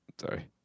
sorry